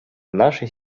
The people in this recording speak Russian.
нашей